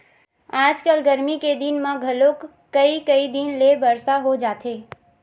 आजकल गरमी के दिन म घलोक कइ कई दिन ले बरसा हो जाथे